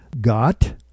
got